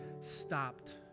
stopped